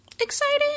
Exciting